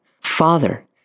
Father